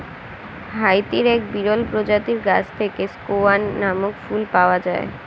হাইতির এক বিরল প্রজাতির গাছ থেকে স্কেয়ান নামক ফুল পাওয়া যায়